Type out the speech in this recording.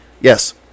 Yes